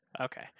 Okay